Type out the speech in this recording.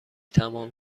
تمام